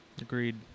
Agreed